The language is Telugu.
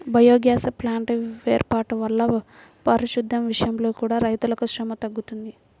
బయోగ్యాస్ ప్లాంట్ల వేర్పాటు వల్ల పారిశుద్దెం విషయంలో కూడా రైతులకు శ్రమ తగ్గుతుంది